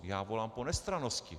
Já volám po nestrannosti.